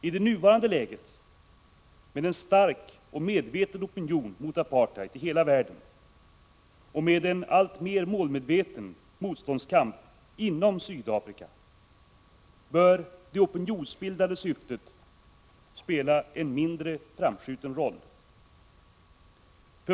I det nuvarande läget, med en stark och medveten opinion mot apartheid i hela världen och med en alltmer målmedveten motståndskamp inom Sydafrika, bör det opinionsbildande syftet spela en mindre framskjuten roll.